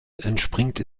entspringt